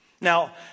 Now